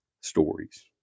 stories